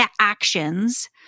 actions